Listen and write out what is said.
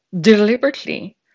deliberately